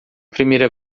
primeira